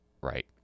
right